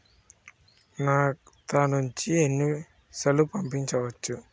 నా ఖాతా నుంచి ఎన్ని పైసలు పంపించచ్చు?